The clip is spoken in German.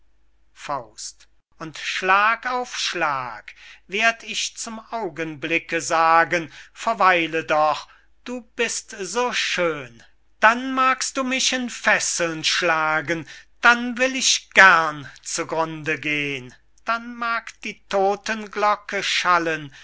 top und schlag auf schlag werd ich zum augenblicke sagen verweile doch du bist so schön dann magst du mich in fesseln schlagen dann will ich gern zu grunde gehn dann mag die todtenglocke schallen